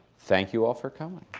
thank you all for coming.